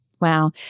Wow